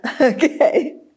Okay